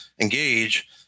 engage